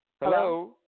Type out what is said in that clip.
Hello